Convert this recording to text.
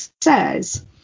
says